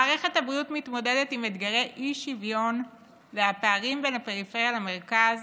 מערכת הבריאות מתמודדת עם אתגרי אי-שוויון ופערים בין הפריפריה למרכז